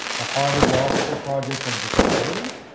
the harvard law school project of disability,